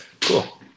cool